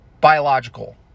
biological